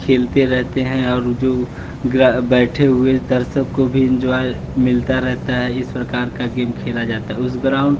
खेलते रहते हैं और जो ग्र बैठे हुए दर्शक को भी इंजॉय मिलता रहता है इस प्रकार का गेम खेला जाता है उस ग्राउंड